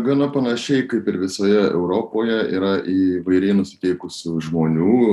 gana panašiai kaip ir visoje europoje yra įvairiai nusiteikusių žmonių